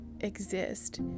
exist